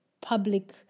public